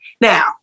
Now